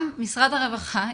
גם משרד הרווחה,